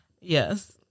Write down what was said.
Yes